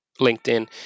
LinkedIn